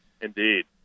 indeed